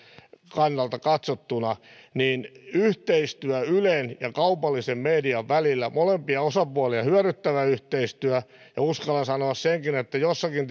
kannalta katsottuna niin tätä kokonaisuutta palvelee yhteistyö ylen ja kaupallisen median välillä molempia osapuolia hyödyttävä yhteistyö ja uskallan sanoa senkin että joissakin